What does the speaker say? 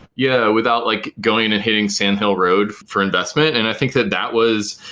yeah, without like going and hitting sand hill road for investment and i think that that was,